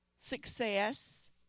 success